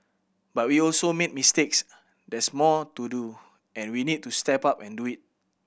but we also made mistakes there's more to do and we need to step up and do it